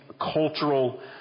cultural